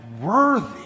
worthy